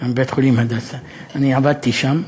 עם בית-חולים "הדסה"; אני עבדתי שם.